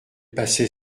passait